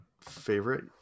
favorite